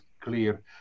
clear